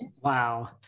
Wow